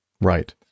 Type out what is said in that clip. Right